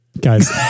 Guys